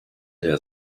der